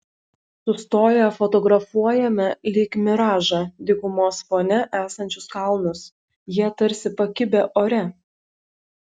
sustoję fotografuojame lyg miražą dykumos fone esančius kalnus jie tarsi pakibę ore